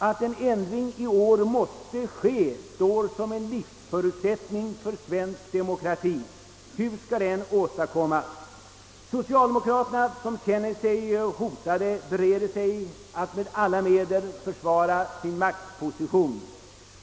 Att en ändring i år måste ske står som en livsförutsättning för svensk demokrati. Hur skall denna ändring åstadkommas? Socialdemokraterna, som känner sig hotade, bereder sig att med alla medel försvara sin maktposition.